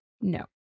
No